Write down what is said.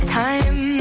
time